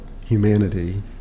humanity